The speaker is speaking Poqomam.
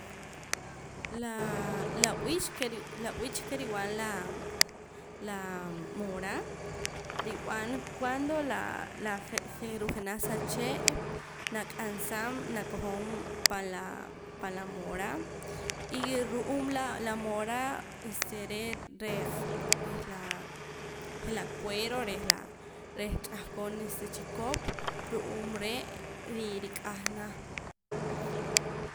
Laa b'iich la b'iich ke rib'an laa la moora rib'an cuando laa la je'je' ruu jenaj sa chee' nak'ansaam nakojom pan la pan laa moora y ru'uum la moora este re' reh la je' la cuero reh la reh ch'ahqon este chikop ru'uum re' ri rik'ahna